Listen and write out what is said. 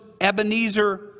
Ebenezer